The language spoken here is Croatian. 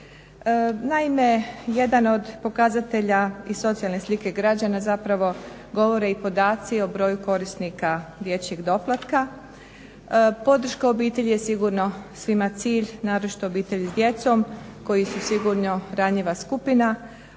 Naime, jedan od pokazatelja i socijalne slike građana zapravo govore i podaci o broju korisnika dječjeg doplatka. Podrška obitelji je sigurno svima cilj, naročito obitelji s djecom koji su sigurno ranjiva skupina,